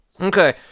Okay